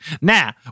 Now